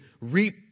reap